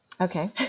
Okay